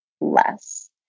less